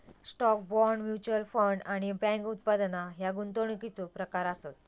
stock, bond, mutual fund आणि bank उत्पादना ह्या गुंतवणुकीचो प्रकार आसत